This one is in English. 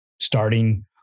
starting